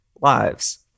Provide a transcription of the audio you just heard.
lives